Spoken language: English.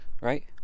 right